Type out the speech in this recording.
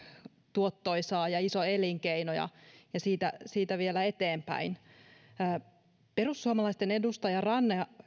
tuottoisaa ja iso elinkeino suomessa tuhatkuusisataa luvulla ja siitä siitä vielä eteen päin perussuomalaisten edustaja ranne